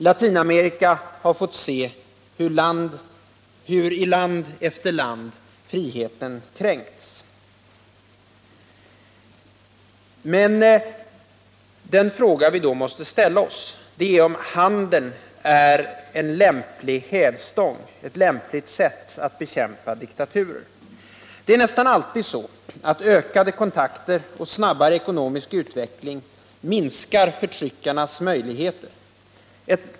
Latinamerika har fått se hur i land efter land friheten kränkts. Den fråga vi då måste ställa oss är om handeln är en lämplig hävstång, ett lämpligt sätt, att bekämpa diktaturer. Ökade kontakter och snabbare ekonomisk utveckling minskar nästan alltid förtryckarnas möjligheter.